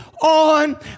on